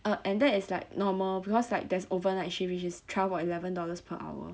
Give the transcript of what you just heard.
err and that is like normal because like there's overnight shift which is twelve or eleven dollars per hour